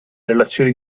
relazioni